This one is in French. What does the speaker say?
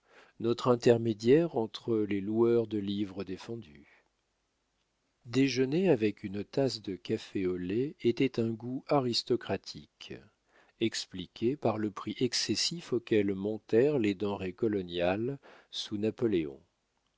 notre intermédiaire entre les loueurs de livres défendus déjeuner avec une tasse de café au lait était un goût aristocratique expliqué par le prix excessif auquel montèrent les denrées coloniales sous napoléon